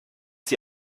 sie